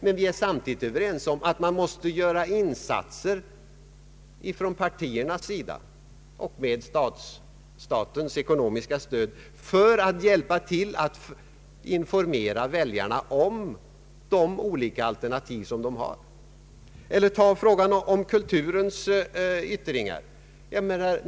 Men vi är samtidigt överens om att partierna måste göra insatser delvis med hjälp av ett statligt eko nomiskt stöd för att informera väljarna om de olika alternativ som finns. Ta till exempel frågan om kulturens yttringar.